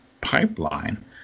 pipeline